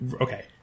okay